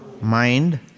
mind